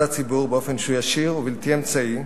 הציבור באופן שהוא ישיר ובלתי אמצעי,